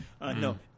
no